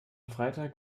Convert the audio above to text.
freitag